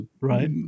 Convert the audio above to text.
right